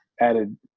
added